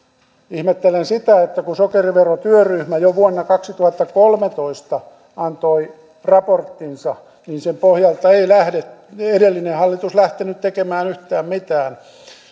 ihmettelen sitä että kun sokeriverotyöryhmä jo vuonna kaksituhattakolmetoista antoi raporttinsa niin sen pohjalta ei edellinen hallitus lähtenyt tekemään yhtään mitään